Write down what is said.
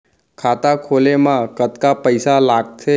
खाता खोले मा कतका पइसा लागथे?